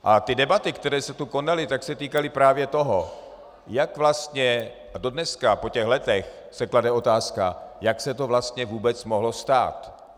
A ty debaty, které se tu konaly, se týkaly právě toho, jak vlastně dodnes po těch letech se klade otázka, jak se to vlastně vůbec mohlo stát.